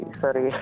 sorry